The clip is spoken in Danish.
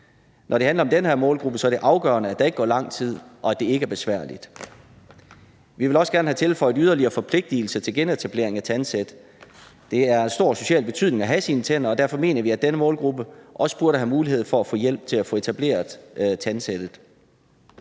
Når det handler om den her målgruppe, er det afgørende, at der ikke går lang tid, og at det ikke er besværligt. Vi vil også gerne have tilføjet yderligere forpligtelser til genetablering af tandsæt. Det er af stor social betydning at have sine tænder, og derfor mener vi, at denne målgruppe også burde have mulighed for at få hjælp til at få etableret tandsættet.